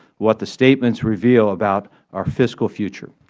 what the statements reveal about our fiscal future.